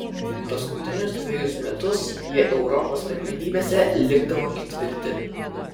paskutinius dvejus metus jie europos pirmenybėse likdavo ketvirti